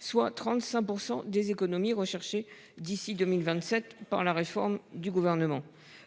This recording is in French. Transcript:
soit 35% des économies recherchées d'ici 2027 par la réforme du gouvernement.